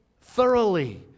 thoroughly